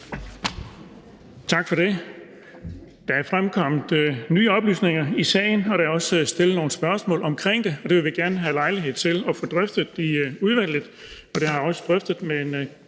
Tak for det. Der er fremkommet nye oplysninger i sagen, og der er også stillet nogle spørgsmål om det, og det vil vi gerne have lejlighed til at få drøftet i udvalget. Det har jeg også drøftet med en